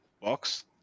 box